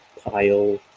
pile